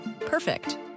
Perfect